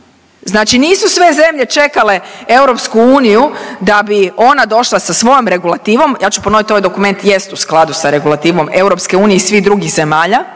Znači nisu sve zemlje čekale EU da bi ona došla sa svojom regulativom, ja ću ponoviti, ovaj dokument jest u skladu sa regulativom EU i svih drugih zemalja